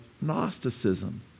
Gnosticism